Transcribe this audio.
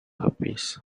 herpes